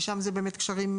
אגב, זה יהיה חלק מהתקנים,